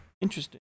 Interesting